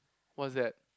what's that